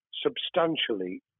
substantially